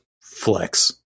flex